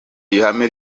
ihame